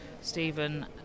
Stephen